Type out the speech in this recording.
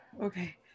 Okay